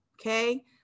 okay